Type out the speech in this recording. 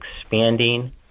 expanding